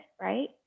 right